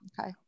okay